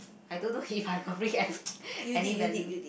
I don't know if I got bring any any value